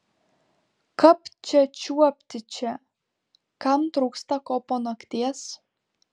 kapt čia čiuopti čia kam trūksta ko po nakties